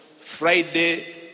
Friday